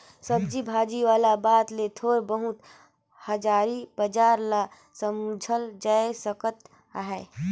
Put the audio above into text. सब्जी भाजी वाला बात ले थोर बहुत हाजरी बजार ल समुझल जाए सकत अहे